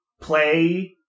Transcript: play